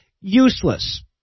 useless